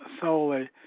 solely